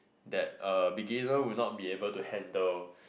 that a beginner will not be able to handle